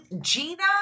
Gina